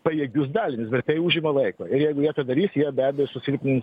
pajėgius dalinius ir tai užima laiko ir jeigu jie tą darys jie be abejo susilpnins